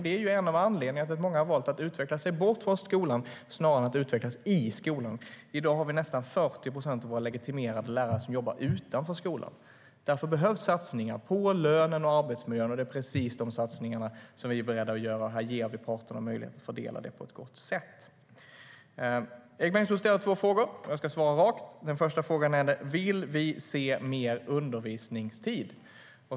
Det är en av anledningarna till att många har valt att utveckla sig bort från skolan snarare än att utvecklas i skolan. I dag jobbar nästan 40 procent av våra legitimerade lärare utanför skolan. Därför behövs satsningar på lönen och arbetsmiljön, och det är precis de satsningarna vi är beredda att göra. Här ger vi parterna möjlighet att fördela dem på ett gott sätt. Erik Bengtzboe ställde två frågor. Jag ska svara rakt. Den första frågan gällde om vi vill se mer undervisningstid.